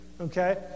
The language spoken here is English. Okay